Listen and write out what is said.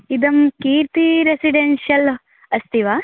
इदं कीर्ती रेसिडेन्षियल् अस्ति वा